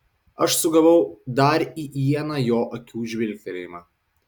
aš sugavau dar į ieną jo akių žvilgtelėjimą